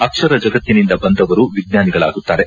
ಅಕ್ಷರ ಜಗತ್ತಿನಿಂದ ಬಂದವರು ವಿಜ್ಞಾನಿಗಳಾಗುತ್ತಾರೆ